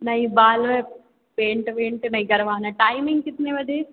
नहीं बाल में पैन्ट वैंट नहीं करवाना है टाइमिन्ग कितने बजे